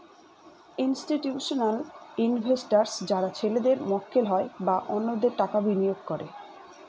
institutional investors যারা ছেলেদের মক্কেল হয় বা অন্যদের টাকা বিনিয়োগ করে